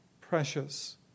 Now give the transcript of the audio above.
precious